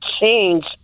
change